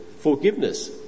forgiveness